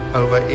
over